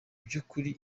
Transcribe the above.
by’ukuri